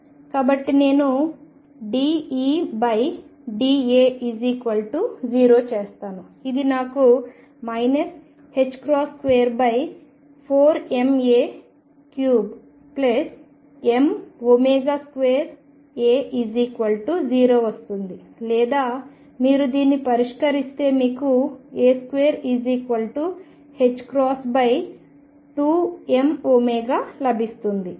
కాబట్టి నేను dEda0 చేస్తాను ఇది నాకు 24ma3 m2a0 ఇస్తుంది లేదా మీరు దీన్ని పరిష్కరిస్తే మీకు a22mω లభిస్తుంది